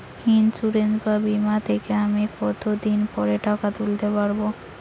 Insurance বা বিমা থেকে আমি কত দিন পরে টাকা তুলতে পারব?